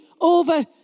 over